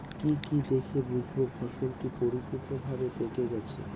কি কি দেখে বুঝব ফসলটি পরিপূর্ণভাবে পেকে গেছে?